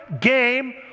game